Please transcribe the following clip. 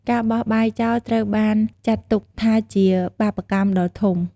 ការបោះបាយចោលត្រូវបានចាត់ទុកថាជាបាបកម្មដ៏ធំ។